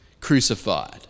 crucified